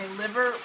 liver